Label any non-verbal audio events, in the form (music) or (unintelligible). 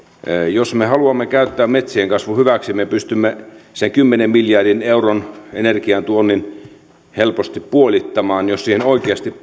jos me halumme käyttää metsien kasvun hyväksi me pystymme sen kymmenen miljardin euron energiantuonnin helposti puolittamaan jos siihen oikeasti (unintelligible)